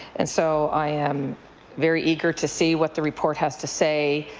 and so i am very eager to see what the report has to say.